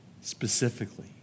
Specifically